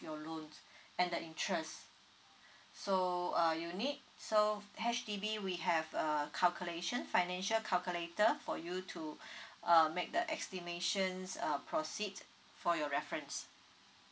your loan and the interest so uh you need so H_D_B we have err calculation financial calculator for you to um make the estimations uh proceed for your reference